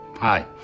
Hi